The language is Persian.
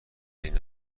این